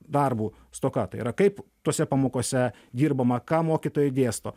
darbu stoka tai yra kaip tose pamokose dirbama ką mokytojai dėsto